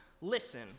listen